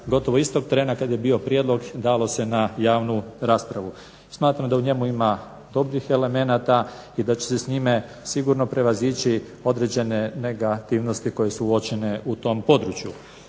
gotovo istog trena kada je bio prijedlog dalo se na javnu raspravu. Smatram da u njemu ima toplih elementa i da će se s njime prevazići određene negativnosti koje su uočene u tome području.